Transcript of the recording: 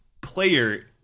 player